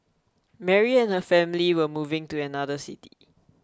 Mary and her family were moving to another city